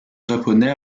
japonais